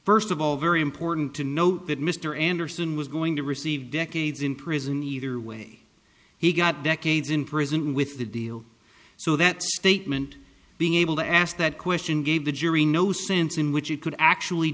first of all very important to note that mr anderson was going to receive decades in prison either way he got decades in prison with the deal so that statement being able to ask that question gave the jury no sense in which you could actually